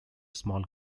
small